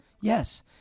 Yes